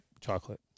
chocolate